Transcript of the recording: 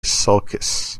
sulcus